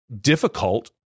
difficult